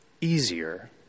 easier